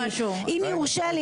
אם יורשה לי,